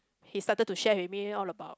he started to share with me all about